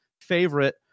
favorite